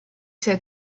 said